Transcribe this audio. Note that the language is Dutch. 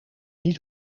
niet